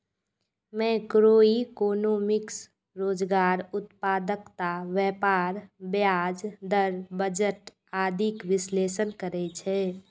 macroeconomics रोजगार, उत्पादकता, व्यापार, ब्याज दर, बजट आदिक विश्लेषण करै छै